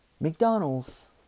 McDonald's